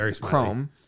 chrome